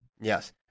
Yes